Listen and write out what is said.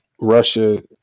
Russia